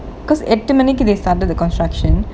because எட்டு மணிக்கு:ettu manikku they started the construction